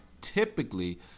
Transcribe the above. typically